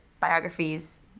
biographies